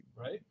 right